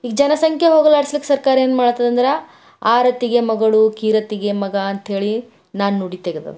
ಈ ಜನಸಂಖ್ಯೆ ಹೋಗಲಾಡಿಸ್ಲಿಕ್ಕ ಸರ್ಕಾರ ಏನು ಮಾಡ್ತದಂದ್ರೆ ಆರತಿಗೆ ಮಗಳು ಕೀರುತಿಗೆ ಮಗ ಅಂಥೇಳಿ ನಾಣ್ಣುಡಿ ತೆಗೆದಿದೆ